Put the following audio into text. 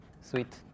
sweet